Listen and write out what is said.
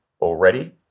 already